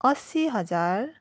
असी हजार